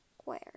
square